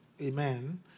Amen